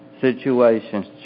Situations